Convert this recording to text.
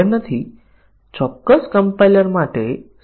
તેથી a ની કોઈપણ કિંમત જે b કરતા વધારે છે આપણી પાસે નિવેદન કવરેજ હશે